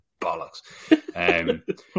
bollocks